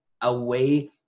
away